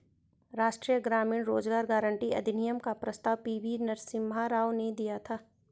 राष्ट्रीय ग्रामीण रोजगार गारंटी अधिनियम का प्रस्ताव पी.वी नरसिम्हा राव ने दिया था